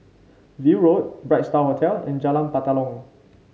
View Road Bright Star Hotel and Jalan Batalong